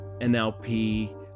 NLP